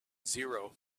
zero